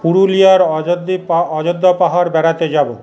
পুরুলিয়ার অযোধ্যা পা অযোধ্যা পাহাড় বেড়াতে যাব